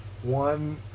one